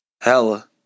hella